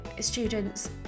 students